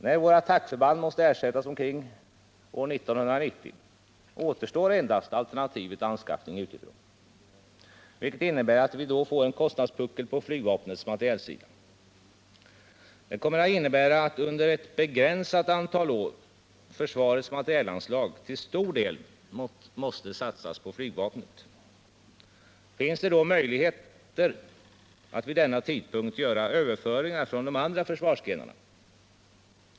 När våra attackförband måste ersättas omkring 1990 återstår endast alternativet anskaffning utifrån, vilket innebär att vi då får en kostnadspuckel på flygvapnets materielsida. Den kommer att innebära att under ett begränsat antal år försvarets materielanslag till stor del måste satsas på flygvapnet. Finns det då möjligheter att vid denna tidpunkt göra överföringar från de andra försvarsgrenarna?